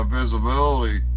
visibility